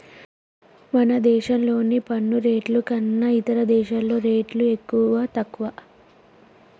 మన దేశంలోని పన్ను రేట్లు కన్నా ఇతర దేశాల్లో రేట్లు తక్కువా, ఎక్కువా